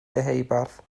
deheubarth